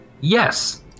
Yes